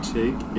take